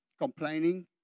complaining